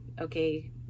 okay